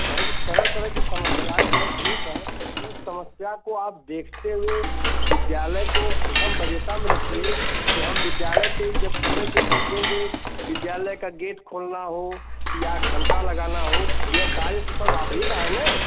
नहीं त तरह तरह की समस्याएं हैं ठीक हैं उस समस्या को आप देखते हुए विद्यालय को प्रथम वरीयता में रखिए की हम विद्यालय पर जब समय से पहुंचेंगे विद्यालय का गेट खोलना हो या घंटा लगाना हो यह कार्य तो सब ही आप ही का है न